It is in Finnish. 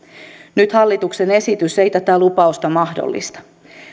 nyt hallituksen esitys ei tätä lupausta mahdollista